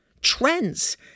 trends